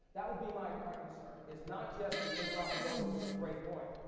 that would be my my concern, is not just the interoperability, which is a great point.